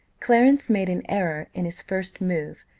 clarence made an error in his first move,